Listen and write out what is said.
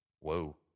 Whoa